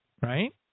Right